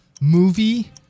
Movie